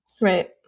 Right